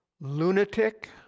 lunatic